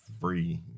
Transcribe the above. free